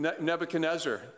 Nebuchadnezzar